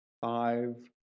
five